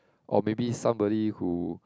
or maybe somebody who